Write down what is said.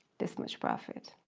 this much profit.